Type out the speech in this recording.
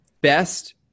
best